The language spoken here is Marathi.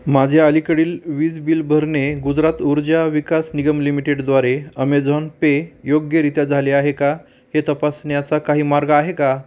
माझे अलीकडील वीज बिल भरणे गुजरात ऊर्जा विकास निगम लिमिटेडद्वारे अमेझॉन पे योग्यरीत्या झाले आहे का हे तपासण्याचा काही मार्ग आहे का